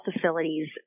facilities